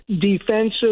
defensive